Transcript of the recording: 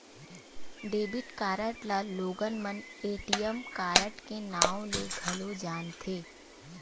debit card ल लोगन मन ए.टी.एम कारड के नांव ले घलो जानथे